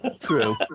true